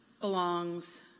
belongs